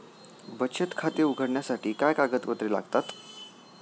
बचत खाते उघडण्यासाठी काय कागदपत्रे लागतात?